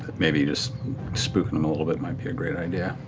maybe just spooking them a little bit might be a great idea.